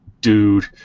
dude